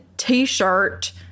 t-shirt